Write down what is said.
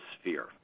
sphere